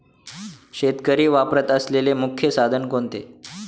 शेतकरी वापरत असलेले मुख्य साधन कोणते?